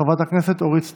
חברת הכנסת אורית סטרוק,